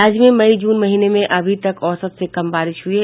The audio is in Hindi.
राज्य में मई जून महीने में अभी तक औसत से कम बारिश हुई है